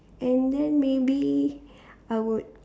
and then maybe I would